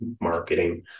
marketing